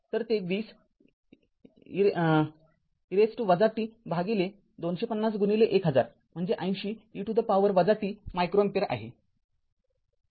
तर ते २० e - t २५०१००० म्हणजे ८० e to the power t micro ampere आहे